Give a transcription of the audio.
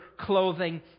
clothing